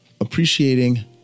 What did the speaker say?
appreciating